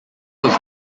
was